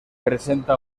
presenta